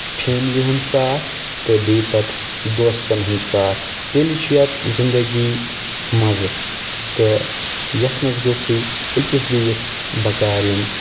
family ہُنٛد ساتھ تہٕ بیٚیہِ پَتہٕ دوستن ہُنٛد ساتھ تیٚلہِ چھُ یَتھ زنٛدگی مَزٕ تہٕ یِتھ منٛز گوژ بیٚیہِ أکِس بیِٚیس بکار یُن